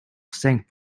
cinq